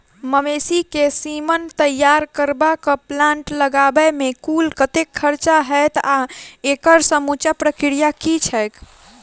मवेसी केँ सीमन तैयार करबाक प्लांट लगाबै मे कुल कतेक खर्चा हएत आ एकड़ समूचा प्रक्रिया की छैक?